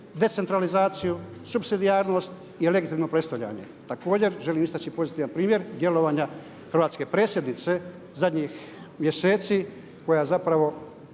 decentralizaciju, supsidijarnost i legitimno predstavljanje. Također želim istači pozitivan primjer djelovanja hrvatske predsjednice zadnjih mjeseci koja zapravo